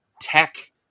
tech